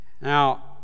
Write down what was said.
Now